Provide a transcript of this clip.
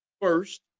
first